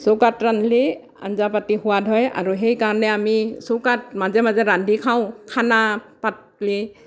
চৌকাত ৰান্ধিলে আঞ্জা পাতি সোৱাদ হয় আৰু সেইকাৰণে আমি চৌকাত মাজে মাজে ৰান্ধি খাওঁ খানা পাতলি